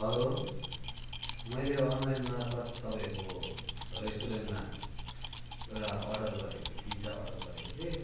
hello मैले online मार्फत तपाईँहरूको रेस्टुरेन्टमा एउटा अडर गरेको थिएँ पिजा अडर गरेको थिएँ